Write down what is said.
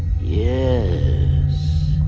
Yes